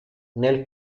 nel